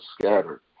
scattered